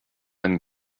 and